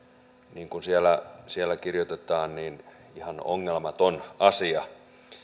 niin kuin siellä siellä kirjoitetaan ihan ongelmaton asia